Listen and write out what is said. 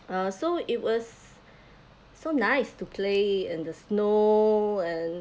uh so it was so nice to play in the snow and